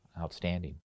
outstanding